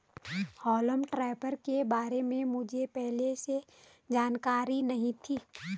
हॉल्म topper के बारे में मुझे पहले जानकारी नहीं थी